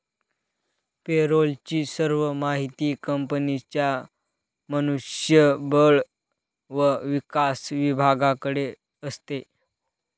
पे role ची सर्व माहिती कंपनीच्या मनुष्य बळ व विकास विभागाकडे असते